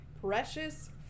precious